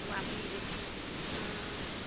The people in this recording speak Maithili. बात ई हय छै हँ